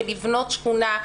לבנות שכונה,